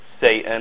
Satan